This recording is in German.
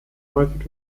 häufig